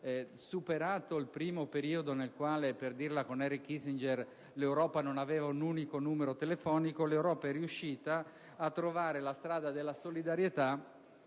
superato il primo periodo nel quale, per dirla con Henry Kissinger, l'Europa non aveva un unico numero telefonico, l'Europa è riuscita a trovare la strada della solidarietà